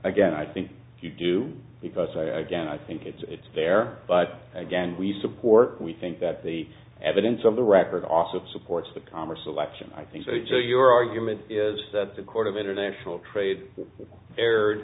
again i think you do because i again i think it's there but again we support we think that the evidence of the record also supports the commerce election i think so your argument is that the court of international trade erred